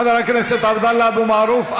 תודה לחבר הכנסת עבדאללה אבו מערוף.